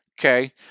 okay